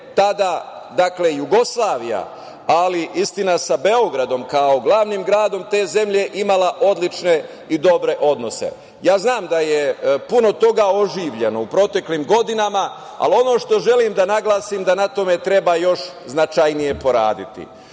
tada Jugoslavija, ali istina sa Beogradom kao glavnim gradom te zemlje imala odlične i dobre odnose. Znam da je puno toga oživljeno u proteklim godinama, ali ono što želim da naglasim, da na tome treba još značajnije poraditi. Svaku